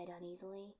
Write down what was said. uneasily